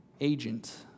agent